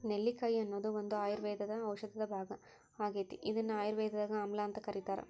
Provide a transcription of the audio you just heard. ನೆಲ್ಲಿಕಾಯಿ ಅನ್ನೋದು ಒಂದು ಆಯುರ್ವೇದ ಔಷಧದ ಭಾಗ ಆಗೇತಿ, ಇದನ್ನ ಆಯುರ್ವೇದದಾಗ ಆಮ್ಲಾಅಂತ ಕರೇತಾರ